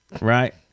Right